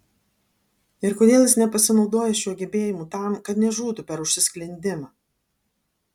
ir kodėl jis nepasinaudoja šiuo gebėjimu tam kad nežūtų per užsisklendimą